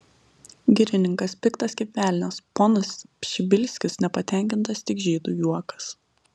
girininkas piktas kaip velnias ponas pšibilskis nepatenkintas tik žydui juokas